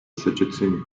associazioni